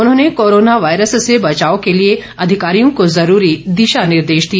उन्होंने corona virus से बचाव के लिए अधिकारियों को ज़रूरी दिशा निर्देश दिए